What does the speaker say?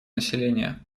населения